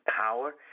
power